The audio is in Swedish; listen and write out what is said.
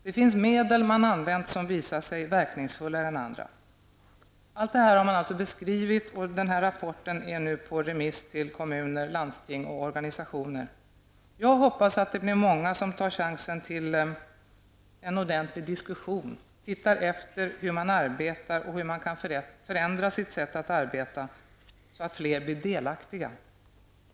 Det finns medel som man använt och som visat sig verkningsfullare än andra. Allt detta har man alltså beskrivit, och rapporten är nu ute på remiss i kommuner, landsting och organisationer. Jag hoppas att det blir många som tar chansen till en ordentlig diskussion och tittar efter hur man arbetar och hur man kan förändra sitt eget sätt att arbeta så att fler blir delaktiga.